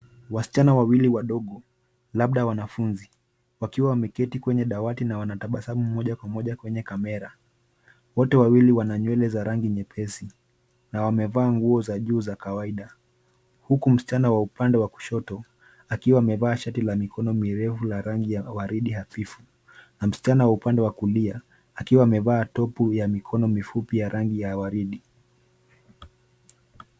Wasichana wawili wadogo, labda wanafunzi. Wakiwa wameketi kwenye dawati na wanatabasamu moja kwa moja kwenye kamera. Wote wawili wana nywele za rangi nyepesi, na wamevaa nguo za juu za kawaida. Huku msichana wa upande wa kushoto, akiwa amevaa shati la mikono mirefu la rangi ya waridi hafifu, na msichana wa upande wa kulia, akiwa amevaa topu ya mikono mifupi ya rangi ya waridi.